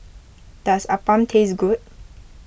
does Appam taste good